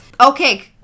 okay